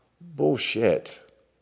Bullshit